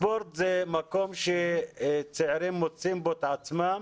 ספורט זה מקום שצעירים מוצאים בו את עצמם.